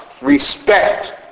respect